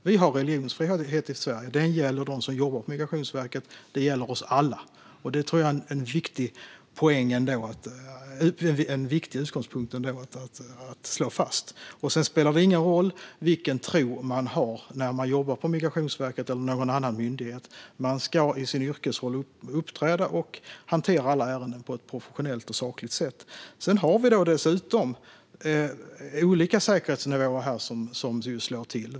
Vi har religionsfrihet i Sverige. Det gäller dem som jobbar på Migrationsverket och oss alla. Det är en viktig utgångspunkt att slå fast. Det spelar ingen roll vilken tro man har när man jobbar på Migrationsverket eller någon annan myndighet. Man ska i sin yrkesroll uppträda och hantera alla ärenden på ett professionellt och sakligt sätt. Vi har dessutom olika säkerhetsnivåer som slår till.